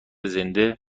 زنده